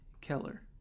Keller